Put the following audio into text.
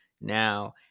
Now